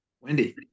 Wendy